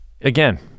again